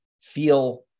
feel